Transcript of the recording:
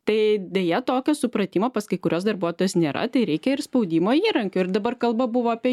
tai deja tokio supratimo pas kai kuriuos darbuotojus nėra tai reikia ir spaudimo įrankių ir dabar kalba buvo apie